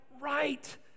right